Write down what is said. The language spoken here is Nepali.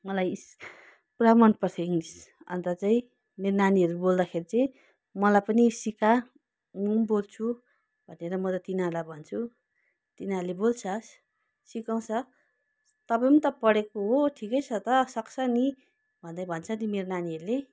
मलाई पुरा मनपर्थ्यो इङ्ग्लिस अन्त चाहिँ मेरो नानीहरू बोल्दाखेरि चाहिँ मलाई पनि सिका म पनि बोल्छु भनेर म त तिनीहरूलाई भन्छु तिनीहरूले बोल्छ सिकाउँछ तपाईँ पनि त पढेको हो ठिकै छ त सक्छ नि भन्दै भन्छ नि मेरो नानीहरूले